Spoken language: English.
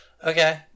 Okay